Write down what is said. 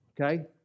okay